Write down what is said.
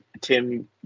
Tim